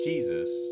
Jesus